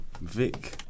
Vic